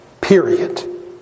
period